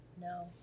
No